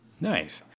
nice